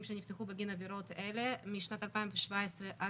שנפתחו בגין עבירות אלה משנת 2017-2020,